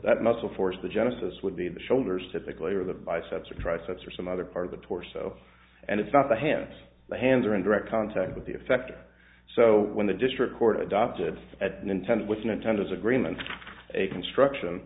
that muscle force the genesis would be the shoulders typically or the biceps triceps or some other part of the torso and it's not the hands the hands are in direct contact but the effect so when the district court adopted at an intended nintendos agreement a construction